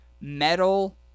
metal